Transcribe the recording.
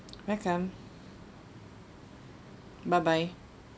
welcome bye bye